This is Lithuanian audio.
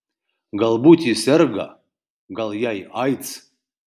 galbūt ji serga gal jai aids